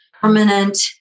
permanent